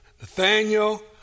Nathaniel